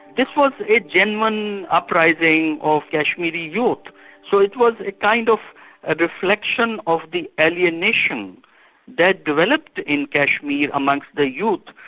this was a genuine uprising of kashmiri youth, so it was a kind of a reflection of the alienation that developed in kashmir amongst the youth,